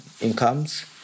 incomes